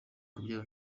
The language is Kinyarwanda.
kubyara